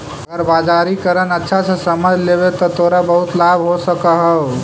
अगर बाजारीकरण अच्छा से समझ लेवे त तोरा बहुत लाभ हो सकऽ हउ